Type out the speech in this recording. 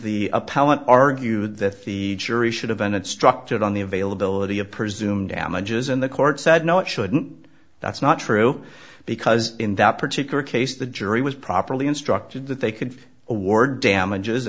the appellant argued that the jury should have been instructed on the availability of presumed damages and the court said no it shouldn't that's not true because in that particular case the jury was properly instructed that they could award damages